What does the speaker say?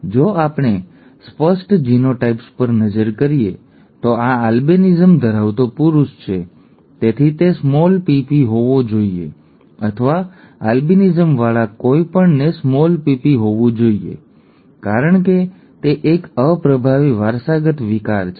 જો આપણે સ્પષ્ટ જીનોટાઈપ્સ પર નજર કરીએ તો આ એલ્બિનિઝમ ધરાવતો પુરુષ છે તેથી તે pp હોવો જોઈએ અથવા આલ્બિનિઝમવાળા કોઈપણને pp હોવું જોઈએ કારણ કે તે એક અપ્રભાવી વારસાગત વિકાર છે